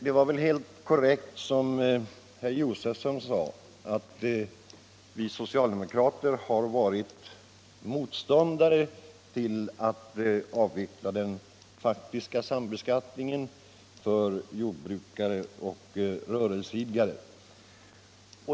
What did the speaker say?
Det var väl helt korrekt som herr Josefson sade att vi socialdemokrater har varit motståndare till att avveckla den faktiska sambeskattningen för jordbrukare och rörelseidkare.